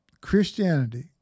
Christianity